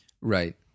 Right